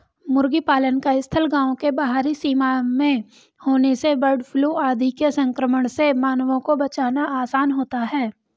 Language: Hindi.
मुर्गी पालन का स्थल गाँव के बाहरी सीमा में होने से बर्डफ्लू आदि के संक्रमण से मानवों को बचाना आसान होता है